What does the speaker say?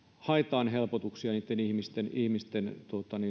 haetaan helpotuksia niitten ihmisten ihmisten